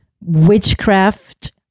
witchcraft